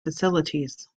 facilities